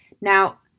Now